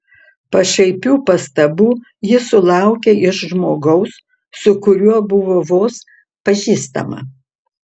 pašaipių pastabų ji sulaukė iš žmogaus su kuriuo buvo vos pažįstama